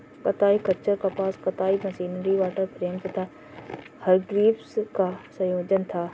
कताई खच्चर कपास कताई मशीनरी वॉटर फ्रेम तथा हरग्रीव्स का संयोजन था